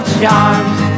charms